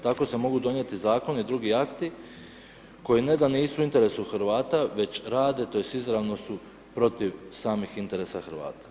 Tako se mogu donijeti zakoni i drugi akti koji ne da nisu u interesu Hrvata već rade tj. izravno su protiv samih interesa Hrvata.